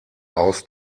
aus